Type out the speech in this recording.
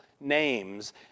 names